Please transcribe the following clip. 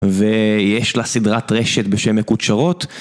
ויש לה סדרת רשת בשם מקושרות.